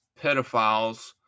pedophiles